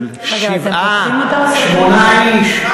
של שבעה-שמונה איש.